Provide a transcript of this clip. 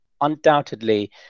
Undoubtedly